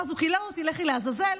ואז הוא קילל אותי: לכי לעזאזל.